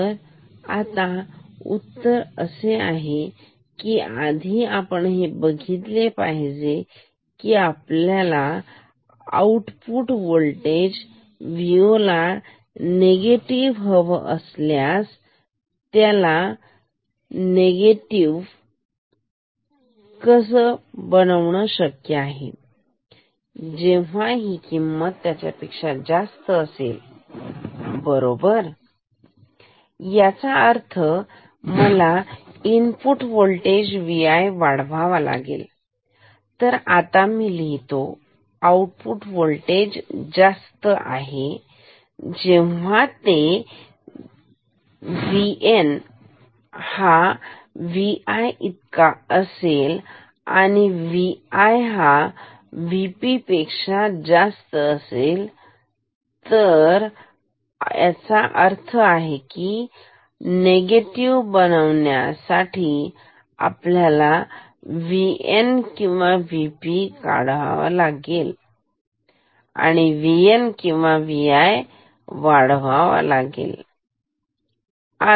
तर आता उत्तर काय आहे आधी आपण हे बघितला आहे की जर आपल्याला आऊटपुट वोल्टेज Vo नेगेटिव हवा असेल तर हा निगेटिव्ह असू शकतो हा नेगेटिव्ह तेव्हाच असेल जेव्हा ती किंमत याच्यापेक्षा जास्त असेल बरोबर याचा अर्थ मला इनपुट वोल्टेज Vi वाढवावा लागेल तर आता मी लिहितो आउटपुट होल्टेज हे जास्त तेव्हाच होईल जेव्हा VN हा Vi इतका असेल आणि Vi हा VP पेक्षा जास्त असेल तर याचा अर्थ निगेटिव्ह बनवण्यासाठी आपल्याला VN किंवा Vi वाढवावा लागेल VN किंवा Vi वाढवावा लागेल ठीक